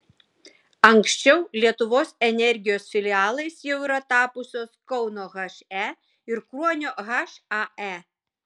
anksčiau lietuvos energijos filialais jau yra tapusios kauno he ir kruonio hae